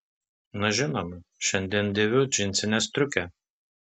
na žinoma šiandien dėviu džinsinę striukę